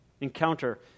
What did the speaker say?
encounter